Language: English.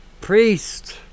priest